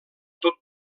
tot